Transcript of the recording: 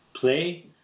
play